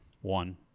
One